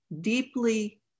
deeply